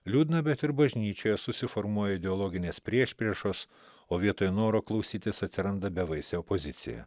liūdna bet ir bažnyčioje susiformuoja ideologinės priešpriešos o vietoj noro klausytis atsiranda bevaisė opozicija